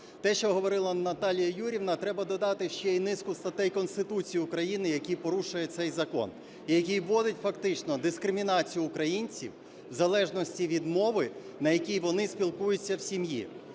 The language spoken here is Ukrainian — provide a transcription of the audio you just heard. Те, що говорила Наталія Юріївна, треба додати ще й низку статей Конституції України, які порушує цей закон і який вводить фактично дискримінацію українців в залежності від мови, на якій вони спілкуються в сім'ї.